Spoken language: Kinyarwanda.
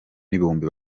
n’ibihumbi